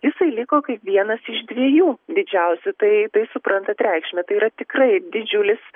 jisai liko kaip vienas iš dviejų didžiausių tai tai suprantant reikšmę tai yra tikrai didžiulis